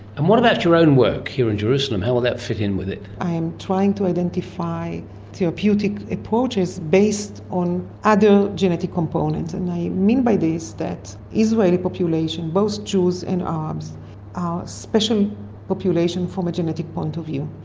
and what about your own work here in jerusalem? how will that fit in with it? i am trying to identify therapeutic approaches based on other genetic components, and i mean by this that the israeli population, both jews and arabs, are a special population from a genetic point of view.